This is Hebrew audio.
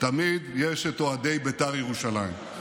תמיד יש את אוהדי בית"ר ירושלים.